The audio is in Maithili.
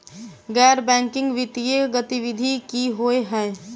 गैर बैंकिंग वित्तीय गतिविधि की होइ है?